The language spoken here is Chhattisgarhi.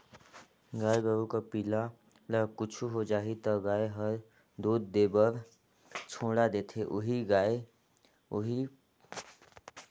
गाय गोरु कर पिला ल कुछु हो जाही त गाय हर दूद देबर छोड़ा देथे उहीं पाय कर गाय कर संग पिला कर घलोक धियान देय ल परथे